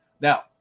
Now